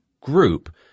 group